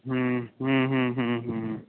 ਹੂੰ ਹੂੰ ਹੂੰ ਹੂੰ